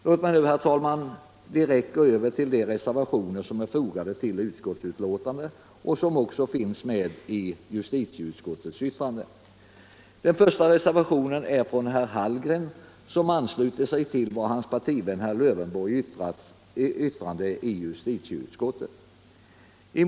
Låt mig nu, herr talman, direkt gå över till de reservationer som är fogade till inrikesutskottets betänkande och som också finns med i justitieutskottets betänkande. Den första reservationen är avgiven av herr Hallgren, som ansluter sig till sin partiväns, herr Lövenborgs, reservation i justitieutskottets betänkande.